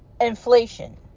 inflation